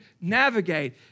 navigate